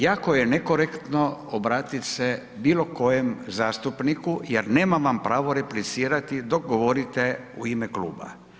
Jako je nekorektno obratit se bilo kojem zastupniku jer nema vam pravo replicirati dok govorite u ime kluba.